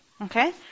Okay